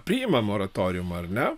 priima moratoriumą ar ne